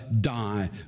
die